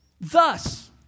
Thus